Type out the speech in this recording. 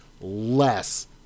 less